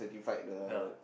yeah